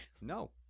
No